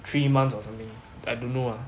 three months or something I don't know ah